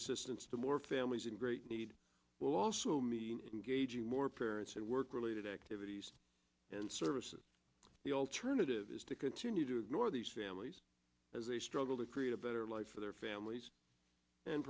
assistance to more families in great need will also mean gauging more parents and work related activities services the alternative is to continue to ignore these families as they struggle to create a better life for their families and